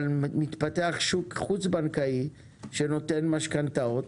אבל מתפתח שוק חוץ בנקאי שנותן משכנתאות